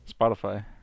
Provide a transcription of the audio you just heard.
Spotify